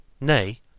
nay